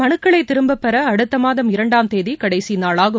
மனுக்களை திரும்பப்பெற அடுத்த மாதம் இரண்டாம் தேதி கடைசி நாளாகும்